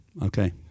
Okay